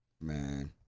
Man